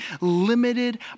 limited